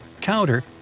counter